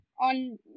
on